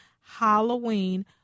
Halloween